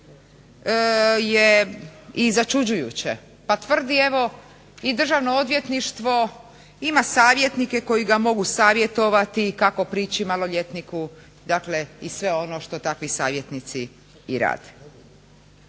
je i začuđujuće pa tvrdi evo i Državno odvjetništvo ima savjetnike koji ga mogu savjetovati kako prići maloljetniku dakle i sve ono što takvi savjetnici i rade.